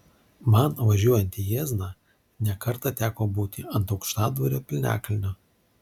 man važiuojant į jiezną ne kartą teko būti ant aukštadvario piliakalnio